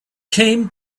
came